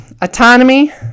autonomy